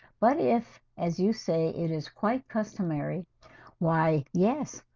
but if as you say it is quite customary why yes?